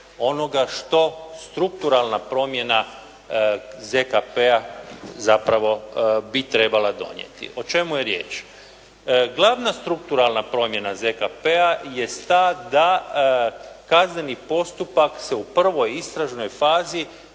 onoga što strukturalna promjena ZKP-a zapravo bi trebala donijeti. O čemu je riječ? Glavna strukturalna promjena ZKP-a je stav da kazneni postupak se u prvoj istražnoj fazi